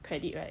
credit right